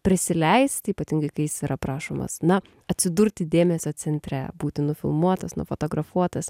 prisileisti ypatingai kai jis yra prašomas na atsidurti dėmesio centre būti nufilmuotas nufotografuotas